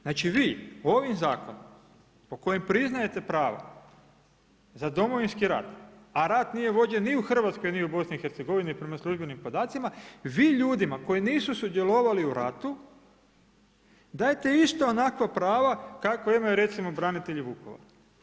Znači vi ovim zakonom po kojem priznajete prava za Domovinski rat, a rat nije vođen ni u Hrvatskoj ni u BiH prema službenim podacima, vi ljudima koji nisu sudjelovali u ratu dajte ista onakva prava kakva recimo imaju branitelji Vukovara.